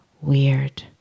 weird